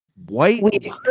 White